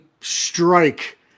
strike